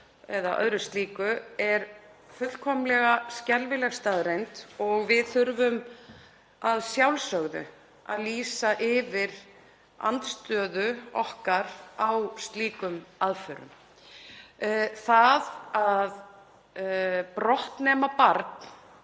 eða öðru slíku, er fullkomlega skelfileg staðreynd og við þurfum að sjálfsögðu að lýsa yfir andstöðu okkar á slíkum aðferðum. Það að brottnema barn